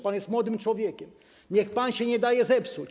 Pan jest młodym człowiekiem, niech pan nie da się zepsuć.